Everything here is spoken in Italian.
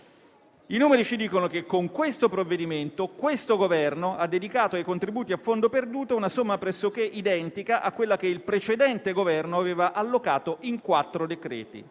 I numeri ci dicono che con il provvedimento in discussione questo Governo ha dedicato ai contributi a fondo perduto una somma pressoché identica a quella che il precedente Governo aveva allocato in quattro decreti-legge